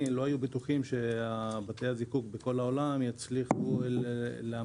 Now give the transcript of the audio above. לא היו בטוחים שבתי הזיקוק בכל העולם יצליחו לעמוד